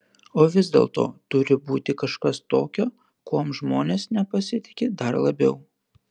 o vis dėlto turi būti kažkas tokio kuom žmonės nepasitiki dar labiau